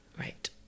Right